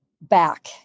back